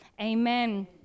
amen